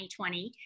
2020